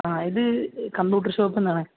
ആ ഇത് computer shop തന്നെ ആണ്